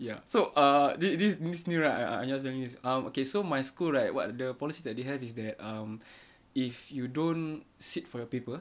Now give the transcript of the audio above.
ya so err thi~ thi~ this news right i~ I'm just telling you this um okay so my school right what the policy that they have is that um if you don't sit for your paper